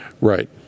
Right